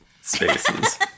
spaces